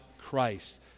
Christ